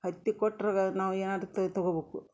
ಹತ್ತಿ ಕೊಟ್ರಗ ನಾವು ಏನಾದರು ತಗೊಬಕು